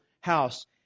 house